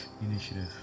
initiative